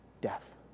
death